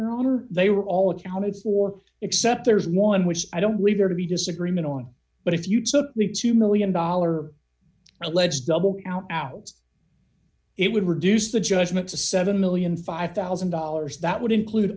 honor they were all accounted for except there's one which i don't believe you're to be disagreement on but if you took me two million dollars alleged double outs it would reduce the judgment to seven million five thousand dollars that would include